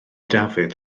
dafydd